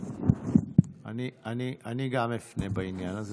אני גם אפנה בעניין הזה.